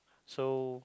so